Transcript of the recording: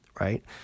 right